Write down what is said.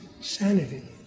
sanity